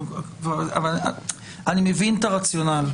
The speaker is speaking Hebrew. אני מבין את הרציונל.